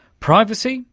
privacy,